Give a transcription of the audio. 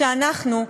שאנחנו,